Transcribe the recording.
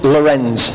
Lorenz